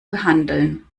behandeln